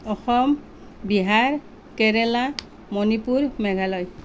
Assam Bihar Kerala Manipur Meghalaya